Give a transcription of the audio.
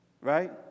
Right